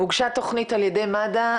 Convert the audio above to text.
הוגשה תוכנית על ידי מד"א,